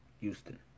Houston